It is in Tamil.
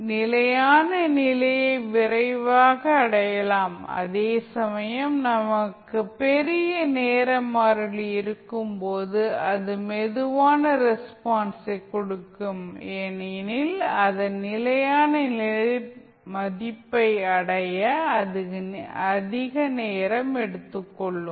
நிலையான நிலையை விரைவாக அடையலாம் அதேசமயம் நமக்கு பெரிய நேர மாறிலி இருக்கும் போது அது மெதுவான ரெஸ்பான்ஸை கொடுக்கும் ஏனெனில் அதன் நிலையான நிலை மதிப்பை அடைய அதிக நேரம் எடுக்கும்